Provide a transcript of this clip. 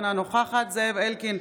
אינה נוכחת זאב אלקין,